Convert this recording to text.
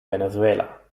venezuela